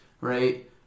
right